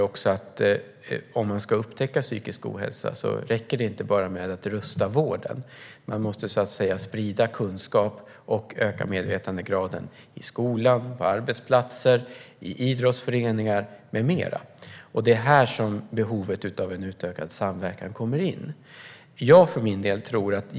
Om man ska upptäcka psykisk ohälsa räcker det därmed inte med att bara rusta vården. Man måste också sprida kunskap och öka medvetandegraden i skolan, på arbetsplatser, i idrottsföreningar med mera. Det är här behovet av en utökad samverkan kommer in.